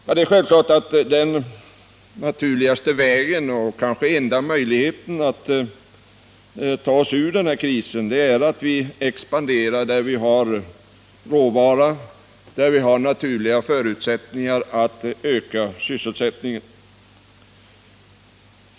Det är självklart att den naturligaste vägen och kanske enda möjligheten att ta oss ur denna kris är att vi expanderar där det finns råvara, där det finns naturliga förutsättningar att öka sysselsättningen.